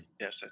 Yes